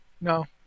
No